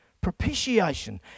Propitiation